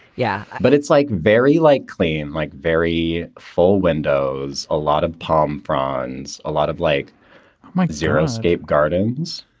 yeah but it's like very like clean, like very full windows, a lot of palm fronds, a lot of like my zero escape gardens.